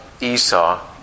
Esau